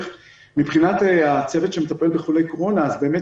מבחינת הצוות שמטפל בחולי קורונה אז באמת